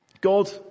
God